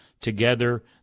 Together